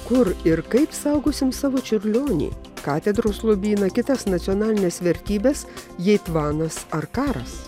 kur ir kaip saugosim savo čiurlionį katedros lobyną kitas nacionalines vertybes jei tvanas ar karas